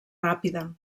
ràpida